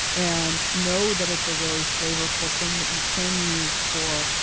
and know that it's a really flavorful thing that you can use for,